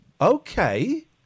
Okay